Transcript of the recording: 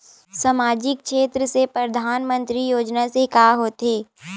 सामजिक क्षेत्र से परधानमंतरी योजना से का होथे?